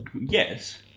Yes